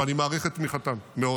ואני מעריך את תמיכתן מאוד